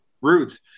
roots